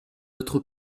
autre